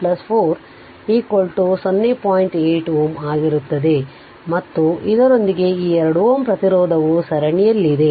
8 Ω ಆಗಿರುತ್ತದೆ ಮತ್ತು ಇದರೊಂದಿಗೆ ಈ 2 Ω ಪ್ರತಿರೋಧವು ಸರಣಿಯಲ್ಲಿದೆ